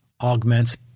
augments